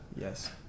Yes